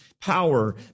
power